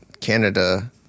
Canada